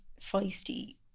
feisty